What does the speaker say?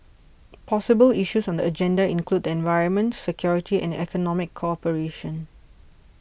possible issues on the agenda include the environment security and economic cooperation